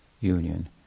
union